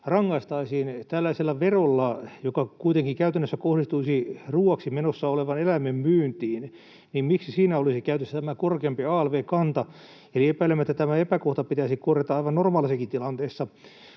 rangaistaisiin tällaisella verolla, joka kuitenkin käytännössä kohdistuisi ruoaksi menossa olevan eläimen myyntiin? Miksi siinä olisi käytössä tämä korkeampi alv-kanta? Eli epäilemättä tämä epäkohta pitäisi korjata aivan normaalissakin tilanteessa.